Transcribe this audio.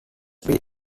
being